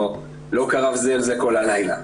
לא קרב זה אל זה כל הלילה.